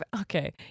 Okay